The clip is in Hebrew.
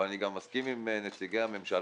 אבל אני גם מסכים עם נציגי הממשלה